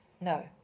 No